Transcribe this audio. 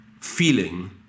feeling